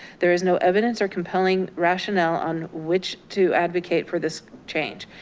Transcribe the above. there is no evidence or compelling rationale on which to advocate for this change,